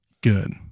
good